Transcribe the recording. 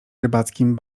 rybackim